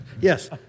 Yes